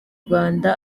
rwanda